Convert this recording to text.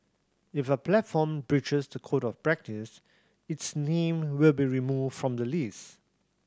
if a platform breaches the Code of Practise its name will be removed from the list